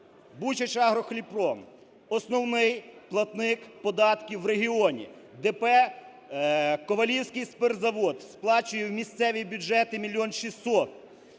"Бучачагрохлібпром" – основний платник податків в регіоні, ДП "Ковалівський спиртзавод" сплачує в місцеві бюджети мільйон 600,